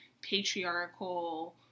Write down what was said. patriarchal